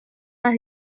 más